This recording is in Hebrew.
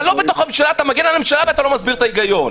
אתה מגן על הממשלה ולא מסביר את ההיגיון,